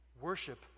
Worship